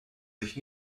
sich